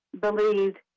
believed